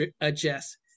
adjust